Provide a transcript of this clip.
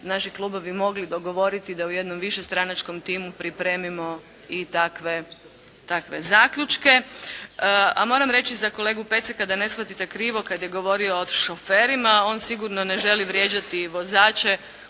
naši klubovi mogli dogovoriti da u jednom višestranačkom timu pripremimo i takve zaključke. A moram reći za kolegu Peceka da ne shvatite krivo kad je govorio o šoferima on sigurno ne želi vrijeđati vozače